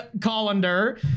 colander